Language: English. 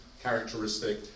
characteristic